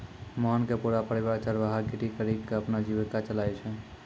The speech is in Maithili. मोहन के पूरा परिवार चरवाहा गिरी करीकॅ ही अपनो जीविका चलाय छै